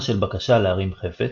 אירוע של בקשה להרים חפץ,